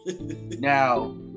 Now